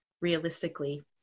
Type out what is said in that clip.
realistically